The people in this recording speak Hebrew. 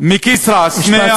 יטפלו